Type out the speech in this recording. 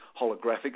holographic